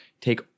take